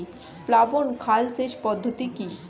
প্লাবন খাল সেচ পদ্ধতি কি?